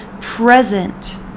present